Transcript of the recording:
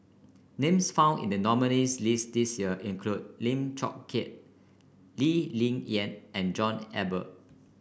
names found in the nominees' list this year include Lim Chong Keat Lee Ling Yen and John Eber